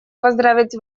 поздравить